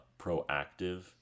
proactive